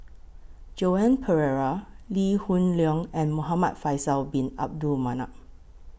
Joan Pereira Lee Hoon Leong and Muhamad Faisal Bin Abdul Manap